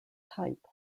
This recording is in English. type